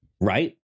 right